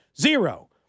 Zero